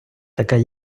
така